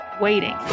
waiting